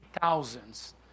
thousands